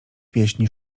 pieśni